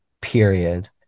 period